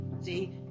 See